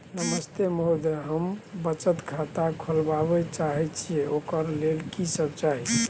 नमस्ते महोदय, हम बचत खाता खोलवाबै चाहे छिये, ओकर लेल की सब चाही?